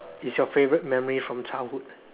is your favourite memory from childhood